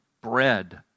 bread